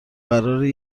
قراره